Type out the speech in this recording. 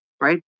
right